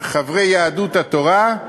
חברי יהדות התורה,